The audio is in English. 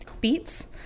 beets